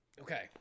Okay